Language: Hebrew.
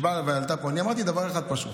שעלתה פה אני אמרתי דבר אחד פשוט: